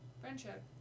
friendship